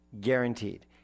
guaranteed